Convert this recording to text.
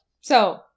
So-